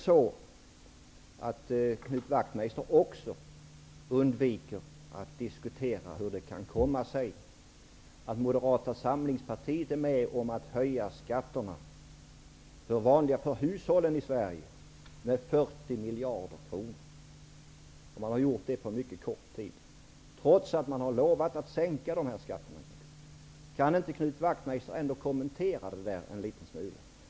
Knut Wachtmeister undviker att diskutera hur det kan komma sig att Moderata samlingspartiet är med om att höja skatterna för vanliga hushåll i Sverige med 40 miljarder kronor. Man har gjort det på mycket kort tid, trots att man har lovat sänka skatterna. Kan inte Knut Wachtmeister kommentera det?